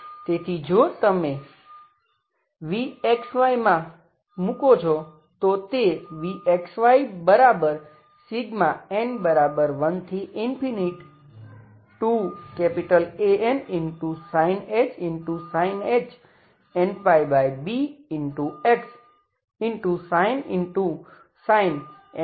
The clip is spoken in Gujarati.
તેથી જો તમે v માં મૂકો છો તો તે vn12Ansinh nπbx